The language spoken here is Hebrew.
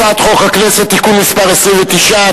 הצעת חוק הכנסת (תיקון מס' 29),